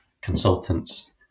consultants